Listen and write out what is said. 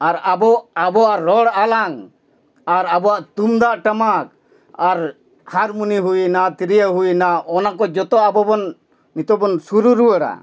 ᱟᱨ ᱟᱵᱚ ᱟᱵᱚᱣᱟᱜ ᱨᱚᱲ ᱟᱲᱟᱝ ᱟᱨ ᱟᱵᱚᱣᱟᱜ ᱛᱩᱢᱫᱟᱜ ᱴᱟᱢᱟᱠ ᱟᱨ ᱦᱟᱨᱢᱚᱱᱤ ᱦᱩᱭᱮᱱᱟ ᱛᱤᱨᱭᱳ ᱦᱩᱭᱮᱱᱟ ᱚᱱᱟ ᱠᱚ ᱡ ᱚᱛᱚ ᱟᱵᱚ ᱵᱚᱱ ᱱᱤᱛᱚᱜ ᱵᱚᱱ ᱥᱩᱨᱩ ᱨᱩᱣᱟᱹᱲᱟ